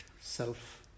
self